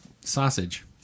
sausage